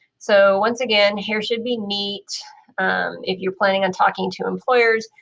so once again, here should be neat if you're planning on talking to employers.